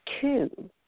two